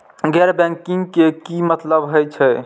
गैर बैंकिंग के की मतलब हे छे?